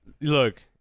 Look